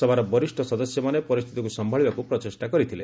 ସଭାର ବରିଷ ସଦସ୍ୟମାନେ ପରିସ୍ଥିତିକୁ ସମ୍ଭାଳିବାକୁ ପ୍ରଚେଷ୍ଟା କରିଥିଲେ